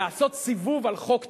לעשות סיבוב על חוק טל.